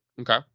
Okay